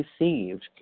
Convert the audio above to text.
received